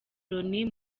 loni